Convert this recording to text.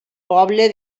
poble